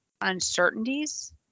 uncertainties